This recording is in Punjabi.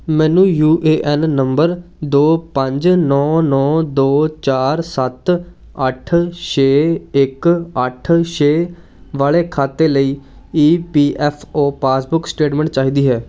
ਮੈਨੂੰ ਯੂ ਏ ਐਨ ਨੰਬਰ ਦੋ ਪੰਜ ਨੌਂ ਨੌਂ ਦੋ ਚਾਰ ਸੱਤ ਅੱਠ ਛੇ ਇਕ ਅੱਠ ਛੇ ਵਾਲੇ ਖਾਤੇ ਲਈ E P F O passbook statement ਚਾਹੀਦੀ ਹੈ